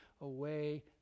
away